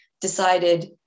decided